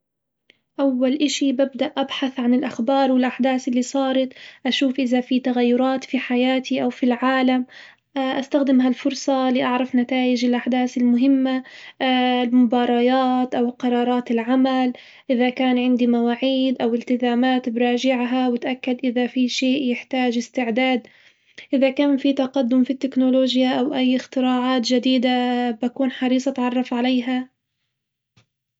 أول إشي ببدأ أبحث عن الأخبار والأحداث اللي صارت أشوف إذا في تغيرات في حياتي أو في العالم، أ ستخدم هالفرصة لأعرف نتائج الأحداث المهمة المباريات أو قرارات العمل إذا كان عندي مواعيد أو التزامات براجعها واتأكد إذا في شئ يحتاج استعداد، إذا كان في تقدم في التكنولوجيا أو أي اختراعات بكون حريصة أتعرف عليها.